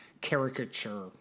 caricature